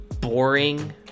boring